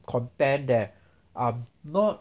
content that are not